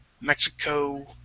Mexico